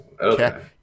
Okay